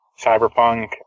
Cyberpunk